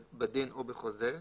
בדין או בחוזה,